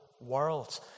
world